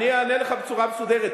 אני אענה לך בצורה מסודרת.